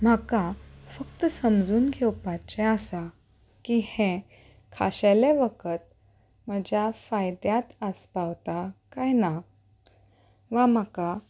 म्हाका फक्त समजून घेवपाचें आसा की हें खाशेले वखद म्हज्या फायद्यात आसपावता काय ना वा म्हाका